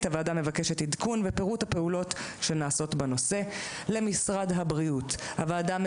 ה-20 ביוני 2022. אני שמחה לפתוח את דיון הוועדה.